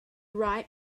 ripe